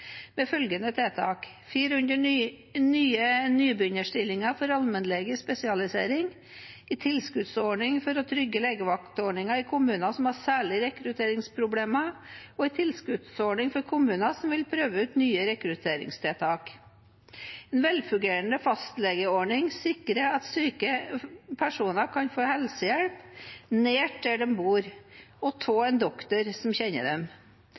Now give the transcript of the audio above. med følgende tiltak: 400 nye nybegynnerstillinger for allmennlege i spesialisering, en tilskuddsordning for å trygge legevaktordningen i kommuner som har særlige rekrutteringsproblemer, og en tilskuddsordning for kommuner som vil prøve ut nye rekrutteringstiltak. En velfungerende fastlegeordning sikrer at syke personer kan få helsehjelp nært der de bor, og av en lege som kjenner dem.